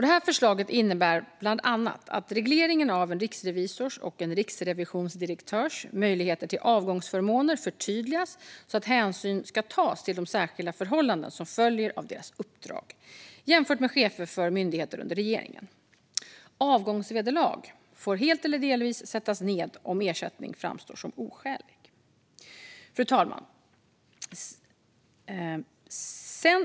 Detta förslag innebär bland annat att regleringen av en riksrevisors och en riksrevisionsdirektörs möjligheter till avgångsförmåner förtydligas så att hänsyn ska tas till de särskilda förhållanden som följer av deras uppdrag jämfört med chefer för myndigheter under regeringen. Avgångsvederlag får helt eller delvis sättas ned om ersättning framstår som oskälig. Avgångsvillkor och karens för riksrevisorn och riksrevisionsdirek-tören Fru talman!